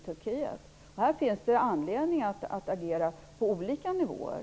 Det finns anledning att agera på olika nivåer.